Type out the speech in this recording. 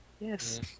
Yes